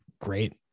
great